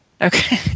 Okay